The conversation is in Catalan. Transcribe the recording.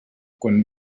quan